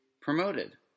promoted